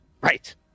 Right